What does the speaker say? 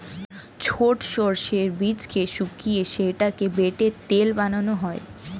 ছোট সর্ষের বীজকে শুকিয়ে সেটাকে বেটে তেল বানানো হয়